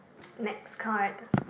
next count right